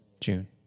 june